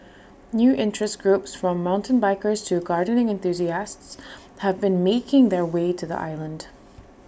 new interest groups from mountain bikers to gardening enthusiasts have been making their way to the island